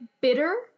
bitter